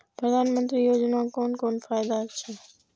प्रधानमंत्री योजना कोन कोन फायदा छै?